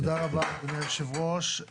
תודה רבה, אדוני היושב-ראש.